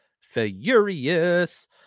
furious